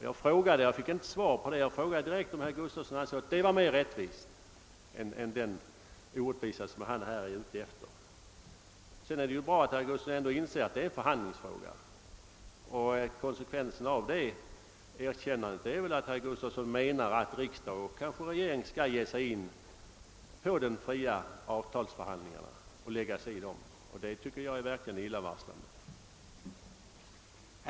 Jag fick inte svar på frågan om herr Gustavsson anser detta vara rättvisare än det förment orättvisa förhållande som han tagit upp. Det är vidare naturligtvis bra att herr Gustavsson inser att det gäller en förhandlingsfråga, men konsekvensen av detta erkännande är väl att herr Gustavsson menar att riksdagen och kanske regeringen skall ingripa i de avtalsförhandlingar, som självständigt skall föras mellan parterna. Det tycker jag verkligen är illavarslande.